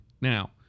Now